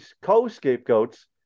co-scapegoats